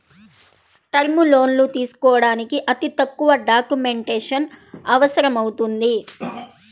term లోన్లు తీసుకోడానికి అతి తక్కువ డాక్యుమెంటేషన్ అవసరమవుతుంది